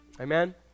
Amen